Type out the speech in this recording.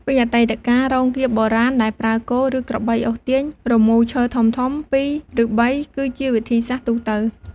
ពីអតីតកាល រោងកៀបបុរាណដែលប្រើគោ ឬក្របីអូសទាញ រមូរឈើធំៗពីរ ឬបី គឺជាវិធីសាស្ត្រទូទៅ។